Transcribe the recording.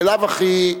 בלאו הכי,